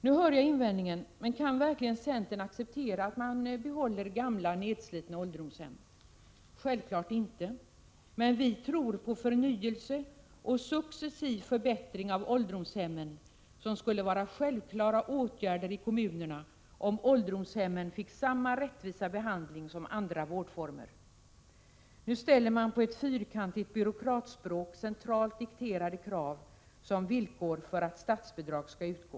Nu hör jag invändningen: Kan centern verkligen acceptera att man behåller gamla nedslitna ålderdomshem? Naturligtvis inte, men vi tror på förnyelse och successiva förbättringar av ålderdomshemmen. Det skulle vara självklara åtgärder i kommunerna, om ålderdomshemmen fick samma rättvisa behandling som andra vårdformer. Nu ställer man på ett fyrkantigt byråkratspråk centralt dikterade krav som villkor för att statsbidrag skall utgå.